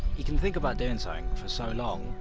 you can think about doing something for so long,